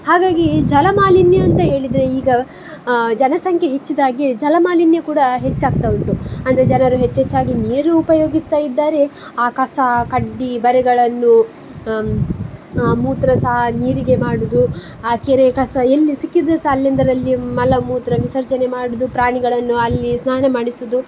ಹಾಗಾಗೀ ಜಲಮಾಲಿನ್ಯ ಅಂತ ಹೇಳಿದ್ರೆ ಈಗ ಜನಸಂಖ್ಯೆ ಹೆಚ್ಚಿದಾಗೆ ಜಲಮಾಲಿನ್ಯ ಕೂಡ ಹೆಚ್ಚಾಗ್ತಾ ಉಂಟು ಅಂದರೆ ಜನರು ಹೆಚ್ಚೆಚ್ಚಾಗಿ ನೀರು ಉಪಯೋಗಿಸ್ತಾಯಿದ್ದಾರೆ ಆ ಕಸ ಕಡ್ಡಿ ಬರೆಗಳನ್ನು ಮೂತ್ರ ಸಹ ನೀರಿಗೆ ಮಾಡೋದು ಆ ಕೆರೆ ಕಸ ಎಲ್ಲಿ ಸಿಕ್ಕಿದರೆ ಸಹ ಅಲ್ಲೆಂದರಲ್ಲಿ ಮಲ ಮೂತ್ರ ವಿಸರ್ಜನೆ ಮಾಡೋದು ಪ್ರಾಣಿಗಳನ್ನು ಅಲ್ಲಿ ಸ್ನಾನ ಮಾಡಿಸೋದು